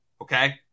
Okay